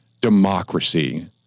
democracy